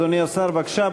אדוני השר, בבקשה.